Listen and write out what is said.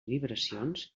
vibracions